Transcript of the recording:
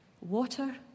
water